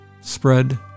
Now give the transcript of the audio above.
Spread